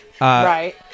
Right